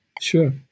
Sure